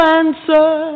answer